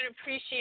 appreciate